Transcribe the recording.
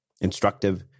instructive